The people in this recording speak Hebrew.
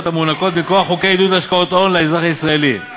המוענקות מכוח חוקי עידוד השקעות הון לאזרח ישראלי